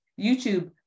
youtube